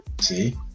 See